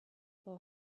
for